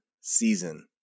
season